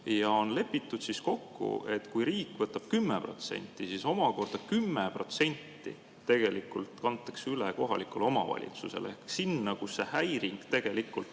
ja on lepitud kokku, et kui riik võtab 10%, siis omakorda 10% kantakse üle kohalikule omavalitsusele ehk sinna, kus see häiring tegelikult